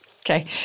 Okay